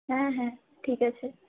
হ্যাঁ হ্যাঁ ঠিক আছে